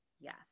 Yes